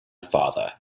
father